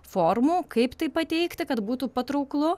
formų kaip tai pateikti kad būtų patrauklu